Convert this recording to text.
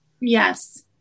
Yes